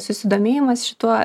susidomėjimas šituo